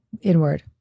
inward